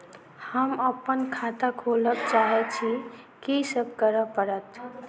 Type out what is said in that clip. हम अप्पन खाता खोलब चाहै छी की सब करऽ पड़त?